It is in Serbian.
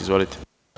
Izvolite.